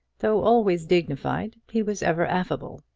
though always dignified he was ever affable,